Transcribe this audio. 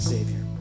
Savior